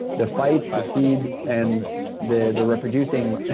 the fight, the feed, and the the reproducing,